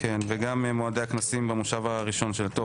וכן גם מועדי הכנסים במושב הראשון של הכנסת.